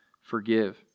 forgive